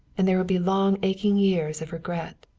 and there would be long aching years of regret.